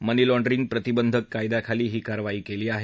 मनी laundering प्रतिबंधक कायद्याखाली ही कारवाई केली आहे